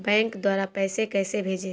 Bank द्वारा पैसे कैसे भेजें?